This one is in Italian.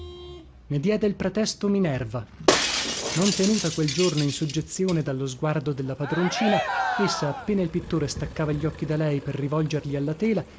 ne diede il pretesto minerva non tenuta quel giorno in soggezione dallo sguardo della padroncina essa appena il pittore staccava gli occhi da lei per rivolgerli alla tela